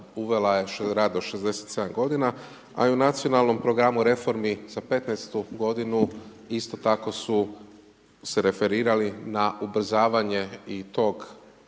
uvela je rad do 67 g. a i u nacionalnom programu reformi za '15. g. isto tako su se referirali na ubrzavanje i tog